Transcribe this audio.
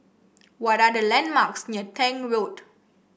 what are the landmarks near Tank Road